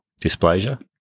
dysplasia